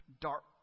dark